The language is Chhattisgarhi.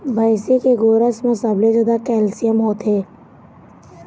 भइसी के गोरस म सबले जादा कैल्सियम होथे